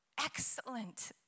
excellent